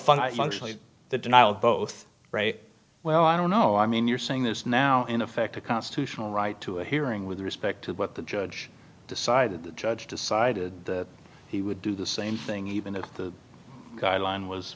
funny the denial both well i don't know i mean you're saying this now in effect a constitutional right to a hearing with respect to what the judge decided the judge decided to he would do the same thing even though the guideline was